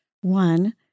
One